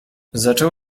zaczął